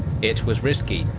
it was risky,